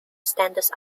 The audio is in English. standards